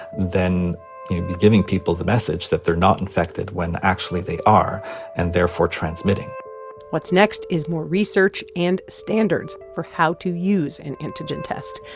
then you may be giving people the message that they're not infected when, actually, they are and therefore transmitting what's next is more research and standards for how to use an antigen test.